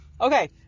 Okay